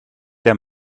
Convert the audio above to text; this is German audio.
der